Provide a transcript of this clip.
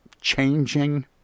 changing